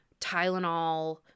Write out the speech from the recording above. Tylenol